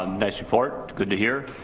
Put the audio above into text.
um nice report, good to hear.